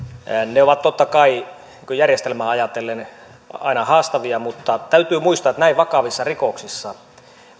ne ovat totta kai järjestelmää ajatellen aina haastavia mutta täytyy muistaa että näin vakavissa rikoksissa